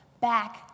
back